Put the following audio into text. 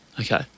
Okay